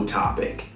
topic